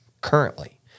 currently